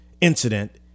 incident